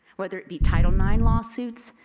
whether it be title nine lawsuits.